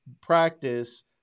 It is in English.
practice